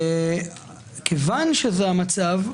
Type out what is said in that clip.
כיוון שזה המצב,